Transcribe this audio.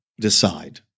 decide